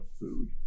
food